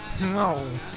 No